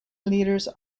leaders